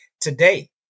today